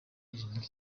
irindwi